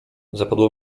zapadło